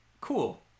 Cool